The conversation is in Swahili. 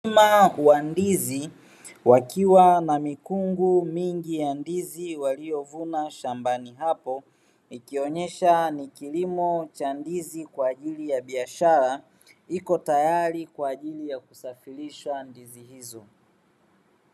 Wakulima wa ndizi wakiwa na mikungu mingi ya ndizi waliyovuna shambani hapo, ikionyesha ni kilimo cha ndizi kwa ajili ya biashara, iko tayari kwa ajili ya kusafirisha ndizi hizo.